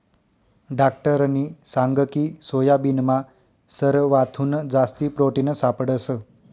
डाक्टरनी सांगकी सोयाबीनमा सरवाथून जास्ती प्रोटिन सापडंस